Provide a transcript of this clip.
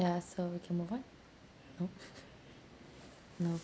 ya so we can move on no no